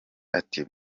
ati